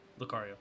lucario